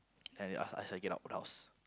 then I ask ask her get out of the house